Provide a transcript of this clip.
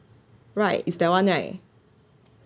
right is that [one] right